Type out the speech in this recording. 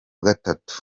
gatatu